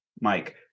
Mike